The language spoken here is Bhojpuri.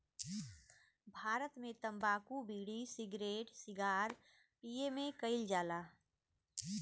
भारत मे तम्बाकू बिड़ी, सिगरेट सिगार पिए मे कइल जाला